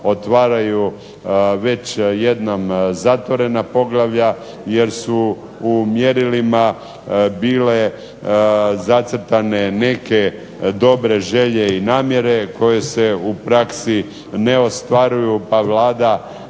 otvaraju već jednom zatvorena poglavlja, jer su u mjerilima bile zacrtane neke dobre želje i namjere koje se u praksi ne ostvaruju, pa Vlada